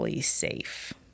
safe